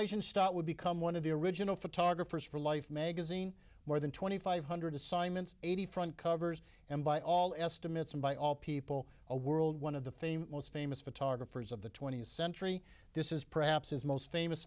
eisenstadt would become one of the original photographers for life magazine more than twenty five hundred assignments eighty front covers and by all estimates and by all people a world one of the famed most famous photographers of the twentieth century this is perhaps his most famous